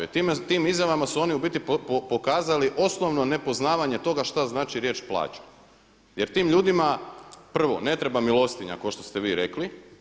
Tim izjavama su oni u biti pokazali osnovno nepoznavanje toga šta znači riječ „plaća“ jer tim ljudima prvo ne treba milostinja kao što ste vi rekli.